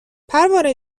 پروانه